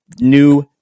new